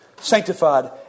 sanctified